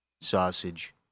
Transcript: Sausage